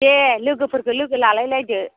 दे लोगोफोरखौ लोगो लालायलायदो